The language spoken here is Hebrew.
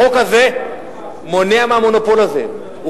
החוק הזה מונע את המונופול הזה, "ישראכרט".